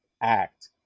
act